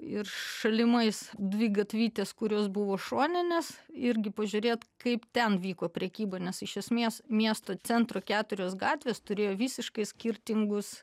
ir šalimais dvi gatvytės kurios buvo šoninės irgi pažiūrėt kaip ten vyko prekyba nes iš esmės miesto centro keturios gatvės turėjo visiškai skirtingus